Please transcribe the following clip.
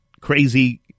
crazy